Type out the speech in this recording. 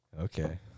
Okay